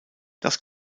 das